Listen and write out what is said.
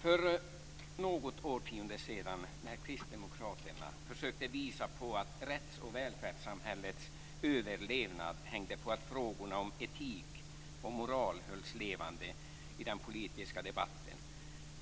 För något årtionde sedan, när Kristdemokraterna försökte visa på att rätts och välfärdssamhällets överlevnad hängde på att frågorna om etik och moral hölls levande i den politiska debatten,